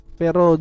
pero